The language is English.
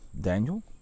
Daniel